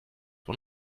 von